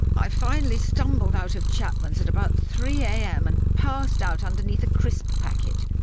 i finally stumbled out of chapman's at about three am and passed out underneath a crisp packet.